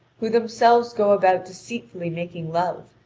who themselves go about deceitfully making love,